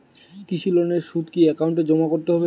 কৃষি লোনের সুদ কি একাউন্টে জমা করতে হবে?